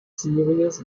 series